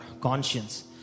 conscience